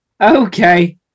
Okay